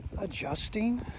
adjusting